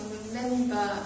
remember